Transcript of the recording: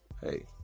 hey